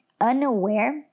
unaware